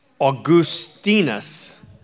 Augustinus